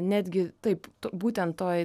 netgi taip būtent toj